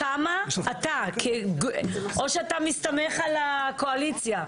כמה אתה, או שאתה מסתמך על הקואליציה?